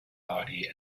body